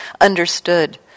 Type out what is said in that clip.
understood